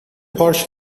پارچ